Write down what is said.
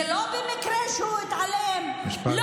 זה לא במקרה שהוא התעלם, משפט סיום.